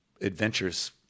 adventures